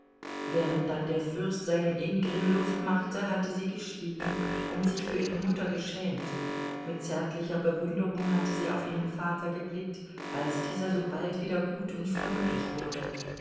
während dann der fürst seinem ingrimm luft machte hatte sie geschwiegen und sich für ihre mutter geschämt mit zärtlicher bewunderung hatte sie auf ihren vater geblickt als dieser so bald wieder gut und freundlich wurde